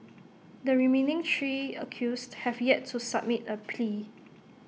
the remaining three accused have yet to submit A plea